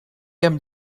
heb